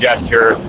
gesture